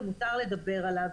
ומותר לדבר עליו.